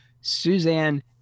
Suzanne